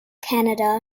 canada